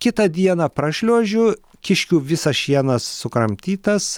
kitą dieną prašliuožiu kiškių visas šienas sukramtytas